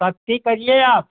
सख़्ती करिए आप